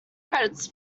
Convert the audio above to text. credits